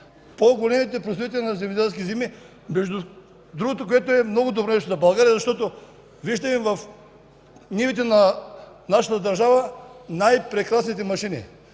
по-големите производители на земеделски земи. Между другото, това е много добро нещо за България, защото, виждаме в нивите на нашата държава най-прекрасните машини.